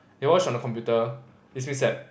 if I watch on the computer it's means that